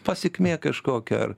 pasekmė kažkokia ar